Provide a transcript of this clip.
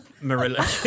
Marilla